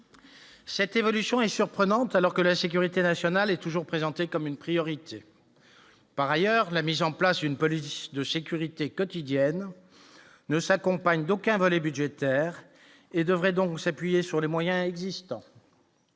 Cette évolution est surprenante alors que la sécurité nationale est toujours présentée comme une priorité par ailleurs la mise en place une politique de sécurité quotidienne ne s'accompagne d'aucun volet budgétaire et devrait donc ça puis et sur les moyens existants.